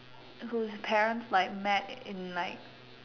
whose parents like met in like